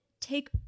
Take